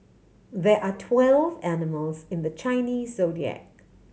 there are twelve animals in the Chinese Zodiac